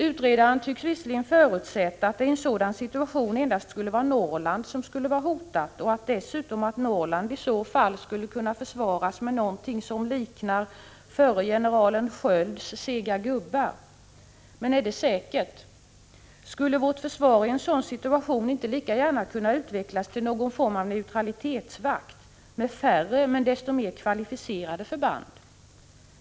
Utredaren tycks visserligen förutsätta att det i en sådan situation endast skulle vara Norrland som skulle vara hotat och att Norrland dessutom skulle kunna försvaras med något som liknar förre generalen Skölds sega gubbar. Men är det säkert? Skulle vårt försvar i en sådan situation inte lika gärna kunna utvecklas till någon form av neutralitetsvakt, med färre men desto mer kvalificerade förband?